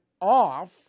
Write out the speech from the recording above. off